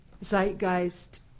zeitgeist